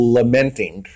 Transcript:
lamenting